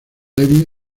levy